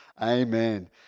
Amen